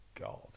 God